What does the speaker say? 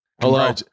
hello